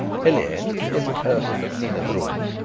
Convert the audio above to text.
helene, in the person of nina brun,